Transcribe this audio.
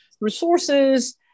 resources